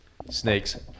Snakes